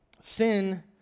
Sin